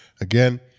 again